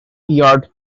yard